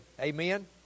Amen